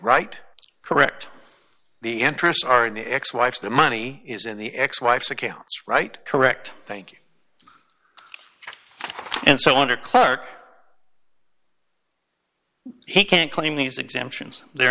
right correct the interest are in the ex wife the money is in the ex wife's accounts right correct thanks and so under clerk he can't claim these exemptions they're